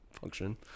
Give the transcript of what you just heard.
function